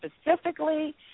specifically